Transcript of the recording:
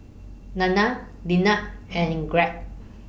Nanna Linnea and Gregg